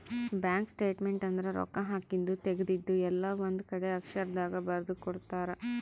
bank statement ಅಂದ್ರ ರೊಕ್ಕ ಹಾಕಿದ್ದು ತೆಗ್ದಿದ್ದು ಎಲ್ಲ ಒಂದ್ ಕಡೆ ಅಕ್ಷರ ದಾಗ ಬರ್ದು ಕೊಡ್ತಾರ